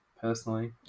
personally